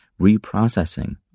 reprocessing